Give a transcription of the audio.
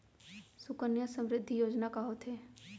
सुकन्या समृद्धि योजना का होथे